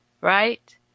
Right